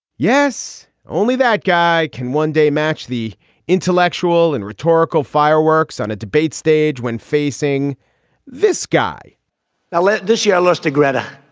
yes. only that guy can one day match the intellectual and rhetorical fireworks on a debate stage when facing this guy. now let this shallows to gretta